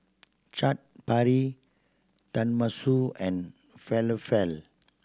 Chaat Papri Tenmusu and Falafel